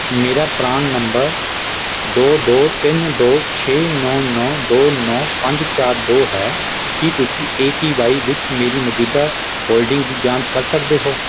ਮੇਰਾ PRAN number ਦੋ ਦੋ ਤਿੰਨ ਦੋ ਛੇ ਨੌਂ ਨੌਂ ਦੋ ਨੌਂ ਪੰਜ ਚਾਰ ਦੋ ਹੈ ਕੀ ਤੁਸੀਂ ਏ ਪੀ ਵਾਈ ਵਿੱਚ ਮੇਰੀ ਮੌਜੂਦਾ ਹੋਲਡਿੰਗ ਦੀ ਜਾਂਚ ਕਰ ਸਕਦੇ ਹੋ